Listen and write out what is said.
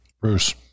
Bruce